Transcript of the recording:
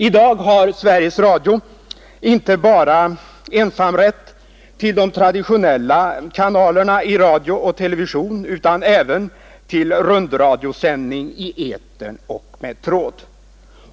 I dag har Sveriges Radio ensamrätten inte bara till de traditionella kanalerna i radio och television utan även till rundradiosändning i etern och med tråd.